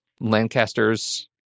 Lancaster's